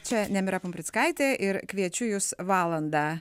čia nemira pumprickaitė ir kviečiu jus valandą